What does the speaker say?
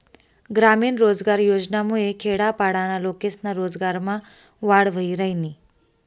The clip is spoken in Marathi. ग्रामीण रोजगार योजनामुये खेडापाडाना लोकेस्ना रोजगारमा वाढ व्हयी रायनी